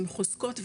עם חוזקות,